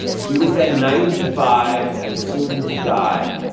he was then ninety five and soon to die,